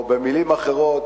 או במלים אחרות,